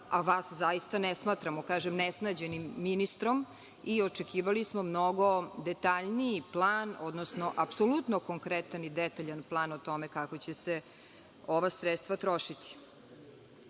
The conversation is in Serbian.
a vas zaista ne smatramo nesnađenim ministrom i očekivali smo mnogo detaljniji plan, odnosno apsolutno konkretan i detaljan plan o tome kako će se ova sredstva trošiti. Takođe,